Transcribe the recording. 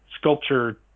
sculpture